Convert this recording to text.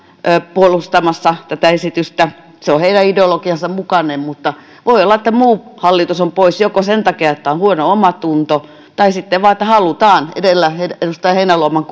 puolustamassa tätä esitystä se on heidän ideologiansa mukainen mutta voi olla että muu hallitus on pois joko sen takia että on huono omatunto tai sitten vain halutaan edustaja heinäluoman